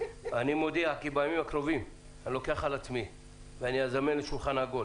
אני מודיע כי בימים הקרובים אקח על עצמי ואזמן לשולחן עגול